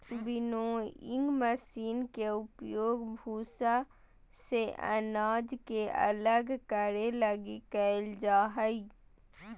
winnowing machine के उपयोग भूसा से अनाज के अलग करे लगी कईल जा हइ